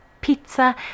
pizza